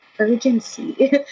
urgency